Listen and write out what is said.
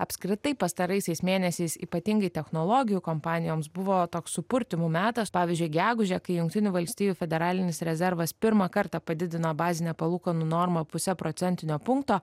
apskritai pastaraisiais mėnesiais ypatingai technologijų kompanijoms buvo toks supurtymų metas pavyzdžiui gegužę kai jungtinių valstijų federalinis rezervas pirmą kartą padidino bazinę palūkanų normą puse procentinio punkto